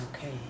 okay